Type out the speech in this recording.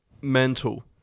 mental